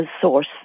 source